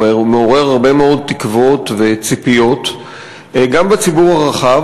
הוא מעורר הרבה מאוד תקוות וציפיות גם בציבור הרחב,